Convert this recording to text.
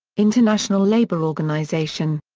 international labour organization.